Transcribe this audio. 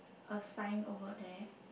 a sign over there